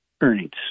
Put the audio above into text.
earnings